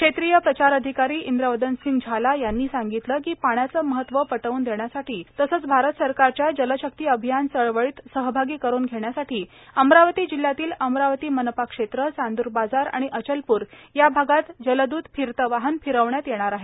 क्षेत्रीय प्रचार अधिकारी इंद्रवदनसिंह झाला यांनी प्रास्ताविक मध्ये सांगितले की पाण्याचे महत्त्व पटवून देण्यासाठी तसेच भारत सरकारच्या जलशक्ती अभियान चळवळीत सहभागी करुन घेण्यासाठी अमरावती जिल्ह्यातील अमरावती मनपा क्षेत्र चांदूर बाजार आणि अचलपूर या भागात जलदूत फिरते वाहन फिरवण्यात येणार आहे